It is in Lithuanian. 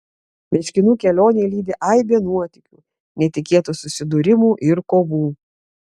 meškinų kelionę lydi aibė nuotykių netikėtų susidūrimų ir kovų